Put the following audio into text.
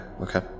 Okay